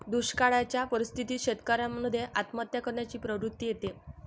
दुष्काळयाच्या परिस्थितीत शेतकऱ्यान मध्ये आत्महत्या करण्याची प्रवृत्ति येते